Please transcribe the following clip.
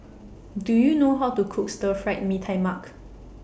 Do YOU know How to Cook Stir Fried Mee Tai Mak